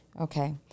Okay